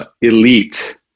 elite